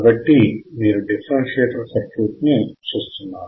కాబట్టి మీరు differentiator circuit ని చూస్తున్నారు